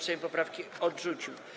Sejm poprawki odrzucił.